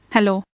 Hello